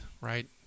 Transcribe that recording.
right